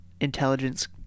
intelligence